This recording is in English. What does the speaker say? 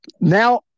now